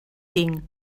tinc